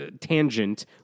tangent